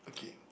okay